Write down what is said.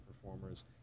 performers